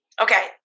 Okay